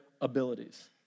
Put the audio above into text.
abilities